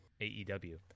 AEW